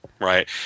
Right